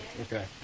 Okay